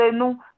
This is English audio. nous